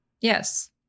yes